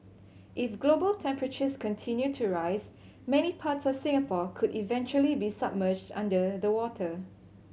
if global temperatures continue to rise many parts of Singapore could eventually be submerged under the water